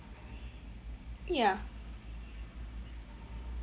ya